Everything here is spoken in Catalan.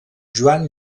joan